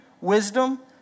wisdom